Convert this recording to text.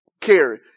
carry